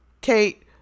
Kate